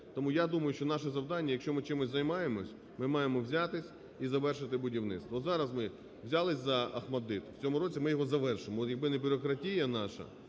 Тому я думаю, що наше завдання, якщо ми чимось займаємось, ми маємо взятись і завершити будівництво. От зараз ми взялись за "Охматдит", в цьому році ми його завершимо, і якби не бюрократія наша,